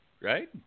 right